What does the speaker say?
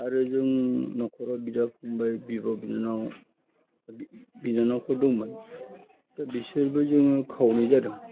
आरो जों नखराव बिदा फंबाय बिब' बिनानाव बिनानावफोर दंमोन दा बिसोरबो जोङो खावनै जादों